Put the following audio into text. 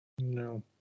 No